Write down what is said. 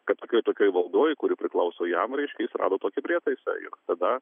kad tokioj tokioj valdoj kuri priklauso jam reiškia jis rado tokį prietaisą ir tada